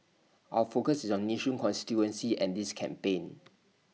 our focus is on Nee soon constituency and this campaign